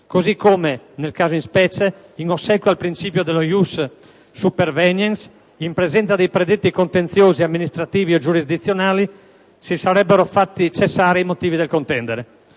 così come, nel caso di specie, in ossequio al principio dello *ius superveniens*, in presenza dei predetti contenziosi amministrativi o giurisdizionali si sarebbero fatti cessare i motivi del contendere.